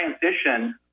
transition